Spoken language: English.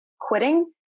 quitting